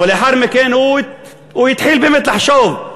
אבל לאחר מכן הוא התחיל באמת לחשוב,